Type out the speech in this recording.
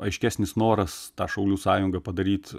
aiškesnis noras tą šaulių sąjungą padaryt